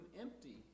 empty